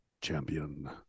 champion